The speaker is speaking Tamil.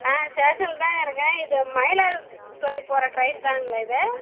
ஆ ஸ்டேஷனில்தாங்க இருக்கேன் இது மயிலாடுதுறை போகிற ட்ரெயின்தானுங்களா இது